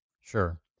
Sure